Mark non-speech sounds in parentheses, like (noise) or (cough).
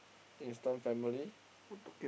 (noise) Instant Family (noise)